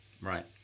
Right